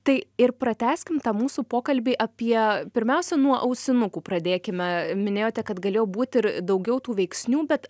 tai ir pratęskim tą mūsų pokalbį apie pirmiausia nuo ausinukų pradėkime minėjote kad galėjo būti ir daugiau tų veiksnių bet